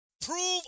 Prove